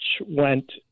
went